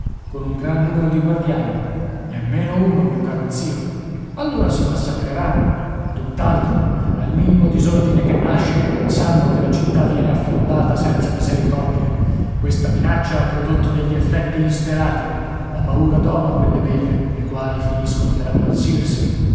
con un gran numero di guardiani nemmeno uno mio caro zio allora si massacreranno tutt'altro al minimo disordine che nasce sanno che la città viene affondata senza misericordia questa minaccia ha prodotto degli effetti insperati la paura doma quelle belve le quali finiscono per ammansirsi e chi